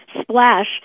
splash